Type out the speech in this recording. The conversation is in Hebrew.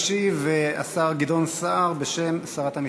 ישיב השר גדעון סער בשם שרת המשפטים.